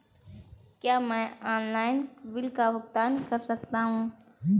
क्या मैं online bill का भुगतान कर सकता हूँ?